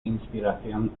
inspiración